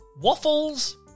Waffles